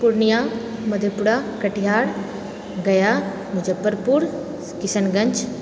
Purnia Madhepura Katihar Gaya Muzaffarpur Kishanganj